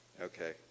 okay